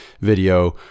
video